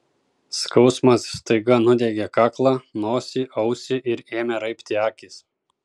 skausmas staiga nudiegė kaklą nosį ausį ir ėmė raibti akys